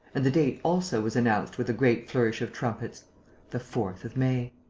and the date also was announced with a great flourish of trumpets the fourth of may.